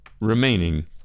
remaining